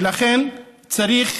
ולכן, צריך